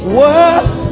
worth